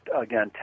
Again